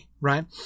right